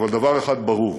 אבל דבר אחד ברור,